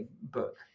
book